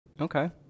Okay